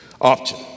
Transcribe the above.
option